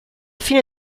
fine